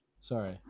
Sorry